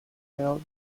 felt